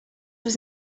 was